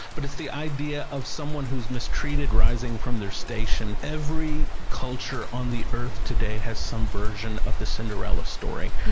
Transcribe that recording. but it's the idea of someone who's mistreated rising from their station. every culture on the earth today has some version of the cinderella story.